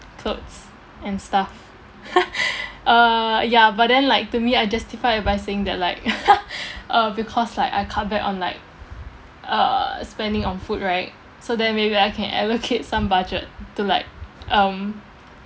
clothes and stuff uh ya but then like to me I justify it by saying that like uh because like I cut back on like uh spending on food right so then maybe I can allocate some budget to like um